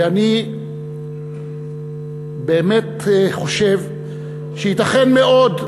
ואני באמת חושב שייתכן מאוד,